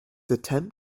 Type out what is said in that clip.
attempt